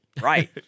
Right